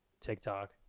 TikTok